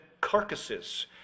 carcasses